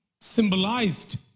symbolized